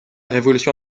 révolution